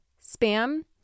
Spam